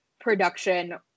production